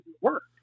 work